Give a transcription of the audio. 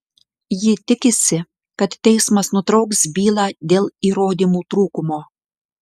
ji tikisi kad teismas nutrauks bylą dėl įrodymų trūkumo